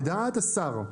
לדעת השר.